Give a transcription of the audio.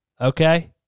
okay